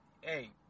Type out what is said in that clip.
hey